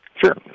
Sure